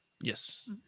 Yes